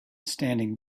standing